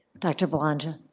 dr. belongia?